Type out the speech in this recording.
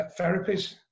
therapies